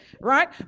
right